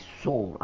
soul